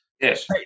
yes